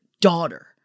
daughter